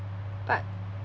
but